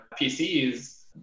PCs